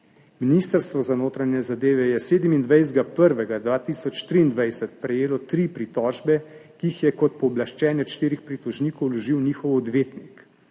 Ministrstvo za notranje zadeve je 27. 1. 2023 prejelo tri pritožbe, ki jih je kot pooblaščenec štirih pritožnikov vložil njihov odvetnik.